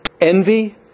envy